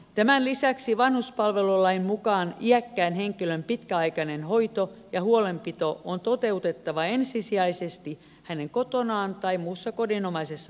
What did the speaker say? tämän lisäksi vanhuspalvelulain mukaan iäkkään henkilön pitkäaikainen hoito ja huolenpito on toteutettava ensisijaisesti hänen kotonaan tai muussa kodinomaisessa asuinpaikassa